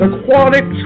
Aquatic